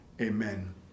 Amen